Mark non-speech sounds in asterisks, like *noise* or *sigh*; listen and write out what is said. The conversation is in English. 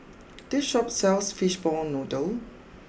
*noise* this Shop sells Fishball Noodle